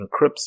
encrypts